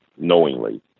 knowingly